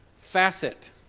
facet